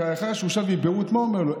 לאחר שהוא שב מביירות, מה הוא אמר לו?